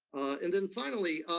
and then finally,